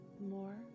more